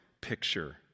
picture